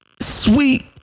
sweet